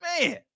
man